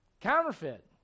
Counterfeit